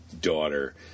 daughter